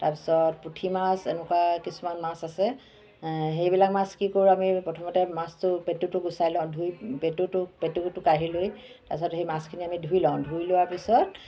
তাৰপিছত পুঠি মাছ এনেকুৱা কিছুমান মাছ আছে সেইবিলাক মাছ কি কৰো আমি প্ৰথমতে মাছটো পেটুটো গুচাই লওঁ ধুই পেটুটো পেটুটো কাঢ়ি লৈ তাৰপিছত সেই মাছখিনি আমি ধুই লওঁ ধুই লোৱা পিছত